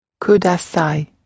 Kudasai